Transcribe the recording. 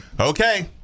Okay